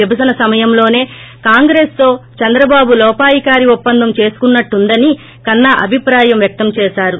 విభజన సమయంలోనే కాంగ్రెస్తో చంద్రబాబు లోపాయికారి ఒప్పందం చేసుకున్పట్టుందని కన్పా అభిప్రాయం వ్యక్తం చేశారు